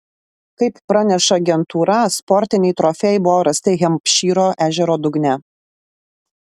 kaip praneša agentūra sportiniai trofėjai buvo rasti hempšyro ežero dugne